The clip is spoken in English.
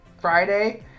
Friday